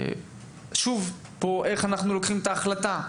ושוב איך אנחנו לוקחים את ההחלטה?